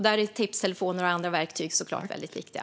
Där är tipstelefoner och andra verktyg såklart väldigt viktiga.